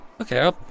Okay